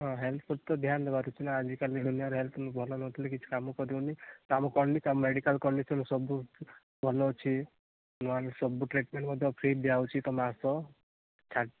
ହଁ ହେଲ୍ଥ୍ ପ୍ରତି ତ ଧ୍ୟାନ ଦେବାର ଅଛି ନା ଆଜିକାଲି ଦୁନିଆରେ ହେଲ୍ଥ୍ ଭଲ ନଥିଲେ କିଛି କାମ କରି ହେବନି କାମ କରିଲି ତ ମେଡ଼ିକାଲ୍ କଣ୍ଡିସନ୍ ସବୁ ଭଲ ଅଛି ନୂଆ ସବୁ ଟ୍ରିଟମେଣ୍ଟ୍ ମଧ୍ୟ ଫ୍ରି ଦିଆ ହେଉଛି ତୁମେ ଆସ